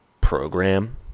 program